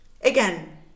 again